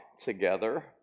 together